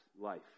life